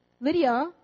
Lydia